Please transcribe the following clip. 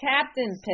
captain